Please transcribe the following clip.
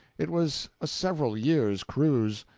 it was a several years' cruise.